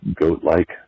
goat-like